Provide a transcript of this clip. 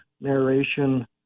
narration